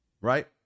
right